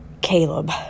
Caleb